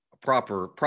proper